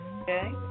Okay